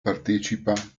partecipa